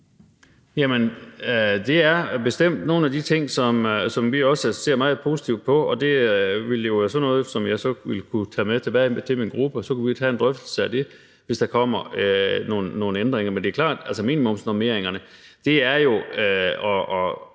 det er bestemt nogle af de ting, som vi også ser meget positivt på. Det ville jo være sådan noget, som jeg ville kunne tage med tilbage til min gruppe, og så kunne vi tage en drøftelse af det, hvis der kommer nogle ændringer. Men det er klart, at minimumsnormeringerne jo er at